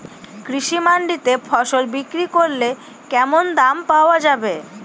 কৃষি মান্ডিতে ফসল বিক্রি করলে কেমন দাম পাওয়া যাবে?